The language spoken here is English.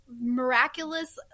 miraculous